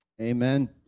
Amen